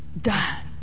done